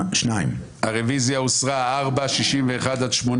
4 בעד, 8